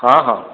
हँ हँ